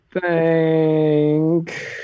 thank